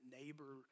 neighbor